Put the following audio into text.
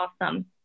awesome